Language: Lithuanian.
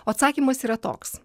o atsakymas yra toks